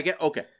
Okay